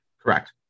Correct